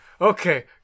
Okay